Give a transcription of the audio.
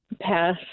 Pass